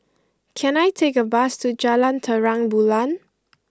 can I take a bus to Jalan Terang Bulan